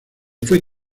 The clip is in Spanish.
fue